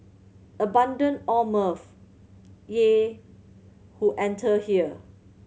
abandon all mirth ye who enter here